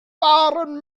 waren